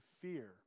fear